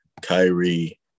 Kyrie